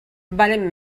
valen